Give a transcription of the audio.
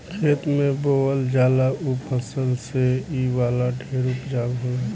खेत में बोअल जाला ऊ फसल से इ वाला ढेर उपजाउ होला